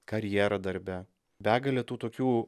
karjera darbe begalė tų tokių